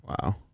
Wow